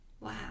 Wow